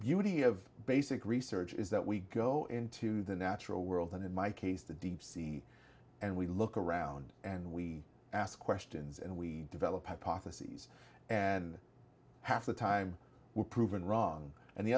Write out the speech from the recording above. beauty of basic research is that we go into the natural world and in my case the deep sea and we look around and we ask questions and we develop apotheosis and half the time were proven wrong and the